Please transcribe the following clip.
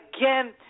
again